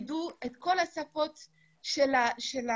ידעו את כל השפות של הגלות.